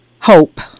Hope